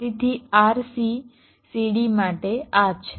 તેથી RC CD માટે આ છે